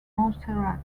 montserrat